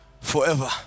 forever